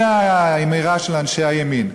זו האמירה של אנשי הימין.